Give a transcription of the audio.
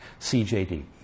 CJD